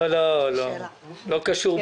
לא קשור בכלל.